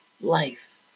life